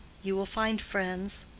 you will find friends.